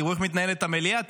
תראו איך מתנהלת המליאה,